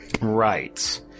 right